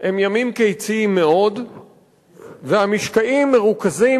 הם ימים קיציים מאוד והמשקעים מרוכזים